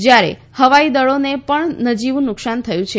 જયારે હવાઈ દળોને પણ નજીવું નુકસાન થયું છે